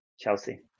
Chelsea